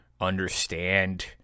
understand